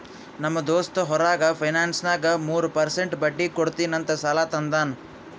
ನಮ್ ದೋಸ್ತ್ ಹೊರಗ ಫೈನಾನ್ಸ್ನಾಗ್ ಮೂರ್ ಪರ್ಸೆಂಟ್ ಬಡ್ಡಿ ಕೊಡ್ತೀನಿ ಅಂತ್ ಸಾಲಾ ತಂದಾನ್